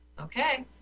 Okay